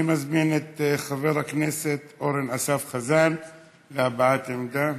אני מזמין את חבר הכנסת אורן אסף חזן להבעת דעה,